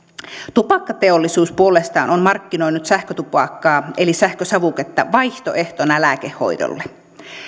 tupakkateollisuus puolestaan on markkinoinut sähkötupakkaa eli sähkösavuketta vaihtoehtona lääkehoidolle